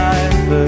Life